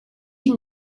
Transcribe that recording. you